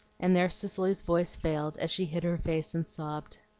and there cicely's voice failed, as she hid her face and sobbed.